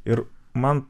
ir man